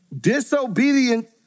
disobedient